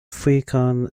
fíorchaoin